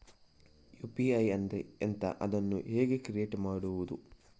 UPI ಅಂದ್ರೆ ಎಂಥ? ಅದನ್ನು ಕ್ರಿಯೇಟ್ ಹೇಗೆ ಮಾಡುವುದು?